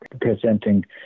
presenting